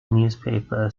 newspaper